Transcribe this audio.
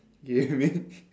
gaming